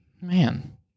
Man